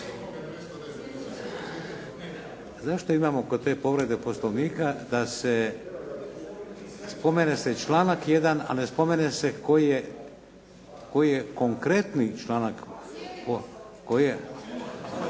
Zašto imamo kod te povrede Poslovnika da se spomene se članak jedan, a ne spomene se koji je konkretni članak. …